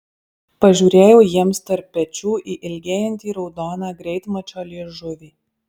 pažiūrėjau jiems tarp pečių į ilgėjantį raudoną greitmačio liežuvį